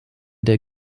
der